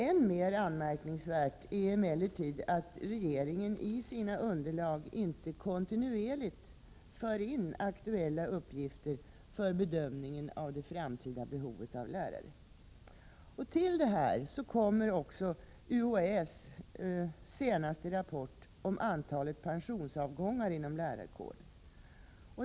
Än mer anmärkningsvärt är emellertid att regeringen i sina underlag inte Till detta kommer så UHÄ:s senaste rapport om antalet pensionsavgångar inom lärarkåren.